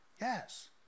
Yes